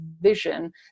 vision